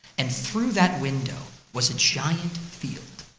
and through that window was a giant field,